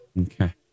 Okay